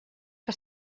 que